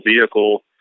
vehicle